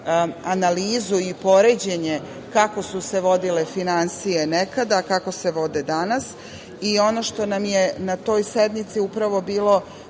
analizu i poređenje kako su se vodile finansije nekada, a kako se vode danas. Ono što nam je na toj sednici upravo bilo